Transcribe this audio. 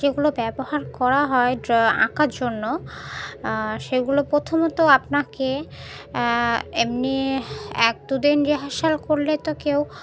যেগুলো ব্যবহার করা হয় আঁকার জন্য সেগুলো প্রথমত আপনাকে এমনি এক দু দিন রিহার্সাল করলে তো কেউ